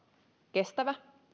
kestävä